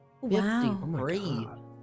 Wow